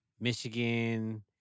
Michigan